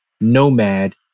nomad